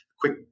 quick